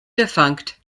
defunct